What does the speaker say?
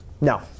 No